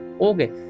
okay